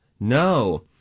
No